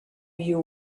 you